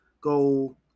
go